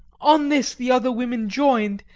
on this the other women joined,